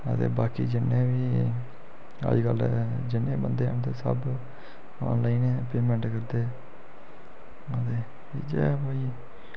अदे बाकी जिन्ने बी अज्जकल जिन्ने बी बंदे होन ते सब आनलाइन गै पेमैंट करदे अदे इ'यै कोई